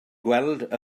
gweld